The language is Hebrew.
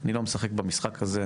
אני לא משחק במשחק הזה,